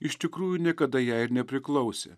iš tikrųjų niekada jai ir nepriklausė